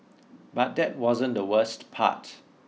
but that wasn't the worst part